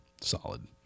solid